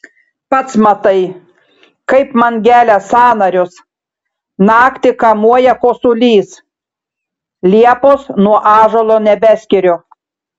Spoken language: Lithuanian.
pats matai kaip man gelia sąnarius naktį kamuoja kosulys liepos nuo ąžuolo nebeskiriu